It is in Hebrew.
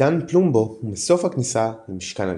ביתן פלומבו הוא מסוף הכניסה למשכן הכנסת.